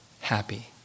happy